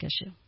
issue